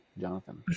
Jonathan